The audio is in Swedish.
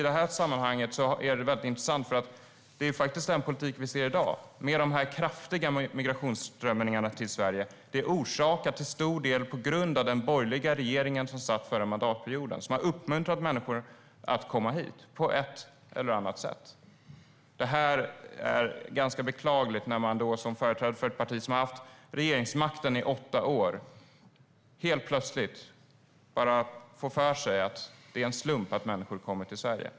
Det är i sammanhanget intressant att se att det är den politik som förs i dag. De kraftiga migrationsströmmarna till Sverige finns till stor del på grund av att den borgerliga regeringen den förra mandatperioden uppmuntrade människor att komma hit på ett eller annat sätt. Det är beklagligt att man som företrädare för ett parti som har haft regeringsmakten i åtta år helt plötsligt får för sig att det är en slump att människor kommer till Sverige.